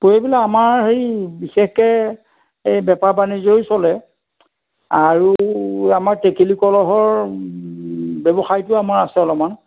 কৰিবলৈ আমাৰ সেই বিশেষকৈ এই বেপাৰ বাণিজ্যই চলে আৰু আমাৰ টেকেলি কলহৰ ব্যৱসায়তো আমাৰ আছে অলপমান